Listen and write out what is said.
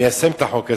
ליישם את החוק הזה,